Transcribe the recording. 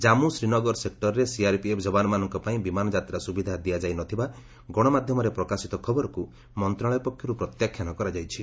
ଜାମ୍ମୁ ଶ୍ରୀନଗର ସେକ୍ଟରରେ ସିଆର୍ପିଏଫ୍ ଯବାନମାନଙ୍କ ପାଇଁ ବିମାନ ଯାତ୍ରା ସୁବିଧା ଦିଆଯାଇ ନ ଥିବା ଗଣମାଧ୍ୟମରେ ପ୍ରକାଶିତ ଖବରକୁ ମନ୍ତ୍ରଣାଳୟ ପକ୍ଷରୁ ପ୍ରତ୍ୟାଖ୍ୟାନ କରାଯାଇଛି